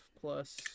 plus